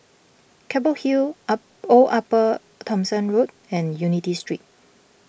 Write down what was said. Keppel Hill Old Upper Thomson Road and Unity Street